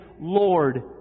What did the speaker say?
Lord